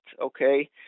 okay